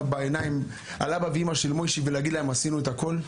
של מויישי בעיניים ולהגיד להם עשינו את הכל?